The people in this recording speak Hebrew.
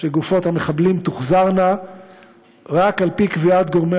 שגופות המחבלים תוחזרנה רק על-פי קביעת גורמי